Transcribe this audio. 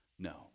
no